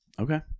Okay